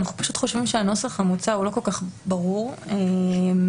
אנחנו חושבים שהנוסח המוצע הוא לא כל כך ברור ויוצא